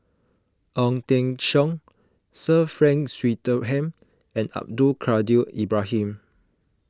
Ong Teng Cheong Sir Frank Swettenham and Abdul Kadir Ibrahim